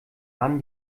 mann